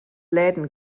läden